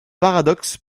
paradoxe